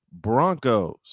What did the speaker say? Broncos